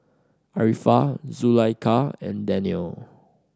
Arifa Zulaikha and Daniel